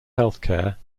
healthcare